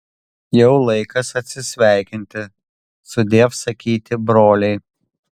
jau laikas atsisveikinti sudiev sakyti broliai